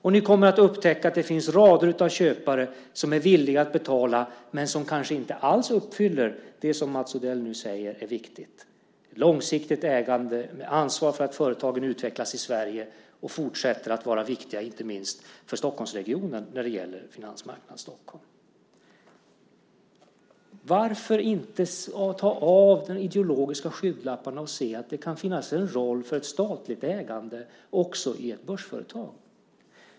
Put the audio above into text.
Och ni kommer att upptäcka att det finns rader av köpare som är villiga att betala men som kanske inte alls uppfyller det som Mats Odell nu säger är viktigt: långsiktigt ägande med ansvar för att företagen utvecklas i Sverige och fortsätter att vara viktiga inte minst för Stockholmsregionen när det gäller finansmarknaden i Stockholm. Varför inte ta av de ideologiska skygglapparna och se att det kan finnas en roll för ett statligt ägande också i ett börsföretag?